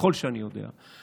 ככל שאני יודע.